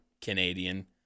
Canadian